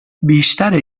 بیشتر